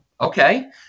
okay